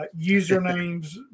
usernames